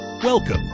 Welcome